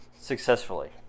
successfully